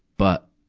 but,